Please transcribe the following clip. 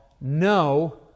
no